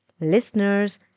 Listeners